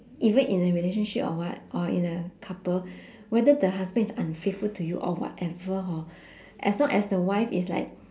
even in a relationship or what or in a couple whether the husband is unfaithful to you or whatever hor as long as the wife is like